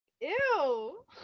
ew